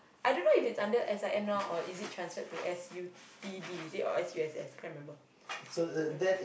I don't know if it's under S_I_M now or is it transferred to S_U_T_D is it or is it S_U_S_S can't remember